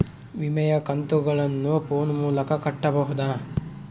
ವಿಮೆಯ ಕಂತುಗಳನ್ನ ಫೋನ್ ಮೂಲಕ ಕಟ್ಟಬಹುದಾ?